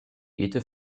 jede